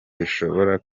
bishobora